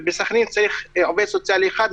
ובסח'נין צריך עובד סוציאלי אחד,